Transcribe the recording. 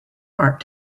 part